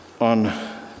on